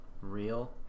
real